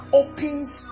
opens